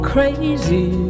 Crazy